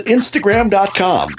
Instagram.com